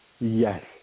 yes